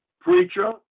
preacher